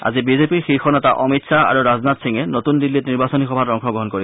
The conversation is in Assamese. আজি বিজেপিৰ শীৰ্ষ নেতা অমিত শ্বাহ আৰু ৰাজনাথ সিঙে নতুন দিল্লীত নিৰ্বাচনী সভাত অংশগ্ৰহণ কৰিব